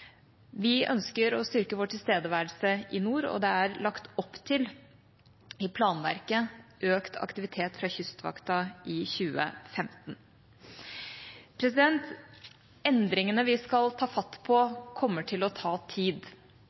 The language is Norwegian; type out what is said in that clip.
Vi ønsker å styrke vår tilstedeværelse i nord, og det er lagt opp til i planverket økt aktivitet fra Kystvakten i 2015. Endringene vi skal ta fatt på, kommer til å ta tid.